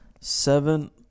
Seven